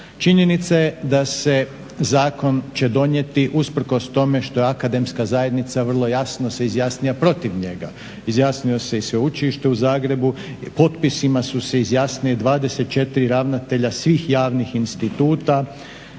Činjenica da će se zakon donijeti usprkos tome što je Akademska zajednica se vrlo jasno izjasnila protiv njega. Izjasnilo se i Sveučilište u Zagrebu, potpisima su se izjasnili 24 ravnatelja svih javnih instituta.